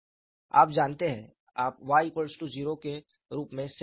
आप जानते हैं आप y 0 के रूप में सेट कर रहे हैं